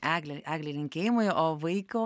eglė eglei linkėjimai o vaiko